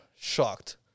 shocked